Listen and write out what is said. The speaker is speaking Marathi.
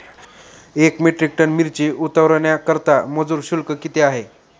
एक मेट्रिक टन मिरची उतरवण्याकरता मजुर शुल्क किती आहे?